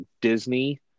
Disney –